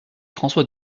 françois